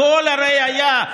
הכול הרי היה.